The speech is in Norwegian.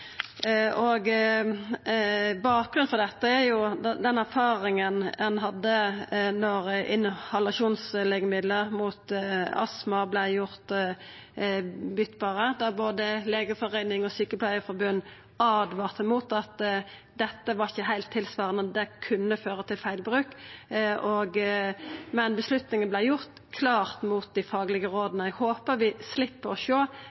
Bakgrunnen for dette er den erfaringa ein hadde da inhalasjonslegemiddel mot astma vart gjort bytbare, der både legeforeining og sjukepleiarforbund åtvara om at det ikkje var heilt tilsvarande, at det kunne føra til feil bruk. Men avgjerda vart gjort klart mot dei faglege råda. Eg håpar vi slepp å sjå